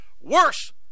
worse